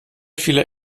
viele